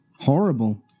horrible